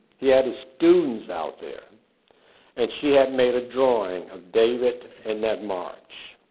he had his students out there and she had made a drawing of david and that march.